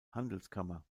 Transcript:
handelskammer